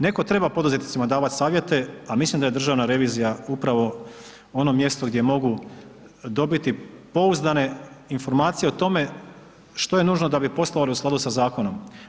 Netko treba poduzetnicima davat savjete, a mislim da državna revizija upravo ono mjesto gdje mogu dobiti pouzdane informacije o tome što je nužno da bi poslovali u skladu sa zakonom.